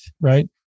right